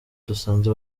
dusanze